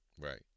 Right